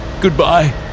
goodbye